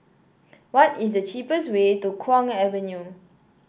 what is the cheapest way to Kwong Avenue